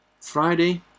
Friday